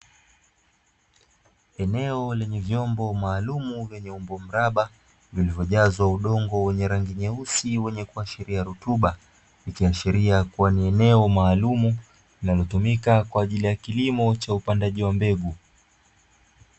Eneo lenye vyombo maalumu; vyenye umbo mraba, vilivyojazwa udongo wenye rangi nyeusi wenye kuashiria rutuba, ikiashiria kuwa ni eneo maalumu, linalotumika kwa ajili ya kilimo cha upandaji wa mbegu.